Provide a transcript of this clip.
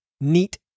NEAT